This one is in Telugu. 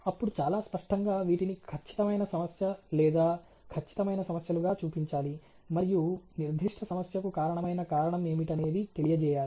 అప్పుడు చాలా స్పష్టంగా వీటిని ఖచ్చితమైన సమస్య లేదా ఖచ్చితమైన సమస్యలుగా చూపించాలి మరియు నిర్దిష్ట సమస్యకు కారణమైన కారణం ఏమిటనేది తెలియజేయాలి